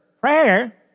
Prayer